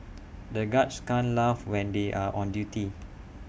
the guards can't laugh when they are on duty